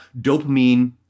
Dopamine